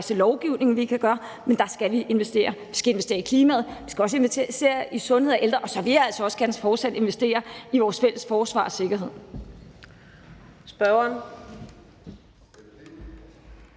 lovgivning, vi kan lave. Men der skal vi investere, vi skal investere i klimaet, vi skal investere i sundhed og de ældre, og så vil jeg altså også gerne fortsat investere i vores fælles forsvar og sikkerhed.